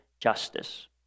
justice